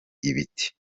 ibiti